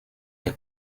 les